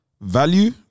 value